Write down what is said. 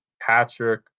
Patrick